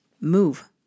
move